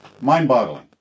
Mind-boggling